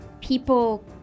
People